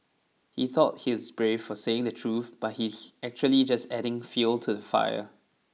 he thought he's brave for saying the truth but he's actually just adding fuel to the fire